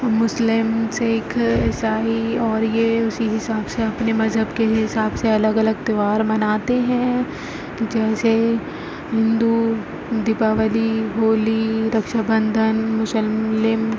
مسلم سکھ عیسائی اور یہ اسی حساب سے اپنے مذہب کے حساب سے الگ الگ تیوہار مناتے ہیں جیسے ہندو دیپاولی ہولی رکشا بندھن مسلم